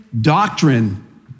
Doctrine